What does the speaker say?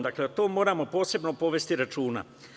Dakle, o tome moramo posebno povesti računa.